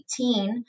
2018